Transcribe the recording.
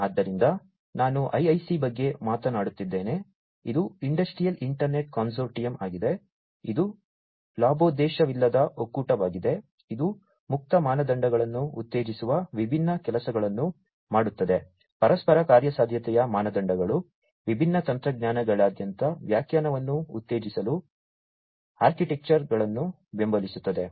ಆದ್ದರಿಂದ ನಾನು IIC ಬಗ್ಗೆ ಮಾತನಾಡುತ್ತಿದ್ದೇನೆ ಇದು ಇಂಡಸ್ಟ್ರಿಯಲ್ ಇಂಟರ್ನೆಟ್ ಕನ್ಸೋರ್ಟಿಯಂ ಆಗಿದೆ ಇದು ಲಾಭೋದ್ದೇಶವಿಲ್ಲದ ಒಕ್ಕೂಟವಾಗಿದೆ ಇದು ಮುಕ್ತ ಮಾನದಂಡಗಳನ್ನು ಉತ್ತೇಜಿಸುವ ವಿಭಿನ್ನ ಕೆಲಸಗಳನ್ನು ಮಾಡುತ್ತದೆ ಪರಸ್ಪರ ಕಾರ್ಯಸಾಧ್ಯತೆಯ ಮಾನದಂಡಗಳು ವಿಭಿನ್ನ ತಂತ್ರಜ್ಞಾನಗಳಾದ್ಯಂತ ವ್ಯಾಖ್ಯಾನವನ್ನು ಉತ್ತೇಜಿಸಲು ಆರ್ಕಿಟೆಕ್ಚರ್ಗಳನ್ನು ಬೆಂಬಲಿಸುತ್ತದೆ